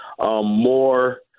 more